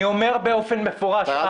אני אומר באופן מפורש,